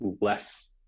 less